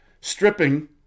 Stripping